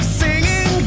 singing